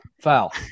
foul